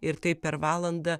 ir taip per valandą